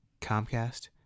Comcast